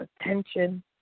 attention